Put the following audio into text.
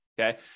okay